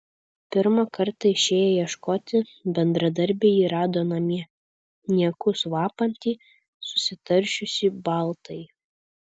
pirmą kartą išėję ieškoti bendradarbiai jį rado namie niekus vapantį susitaršiusį baltąjį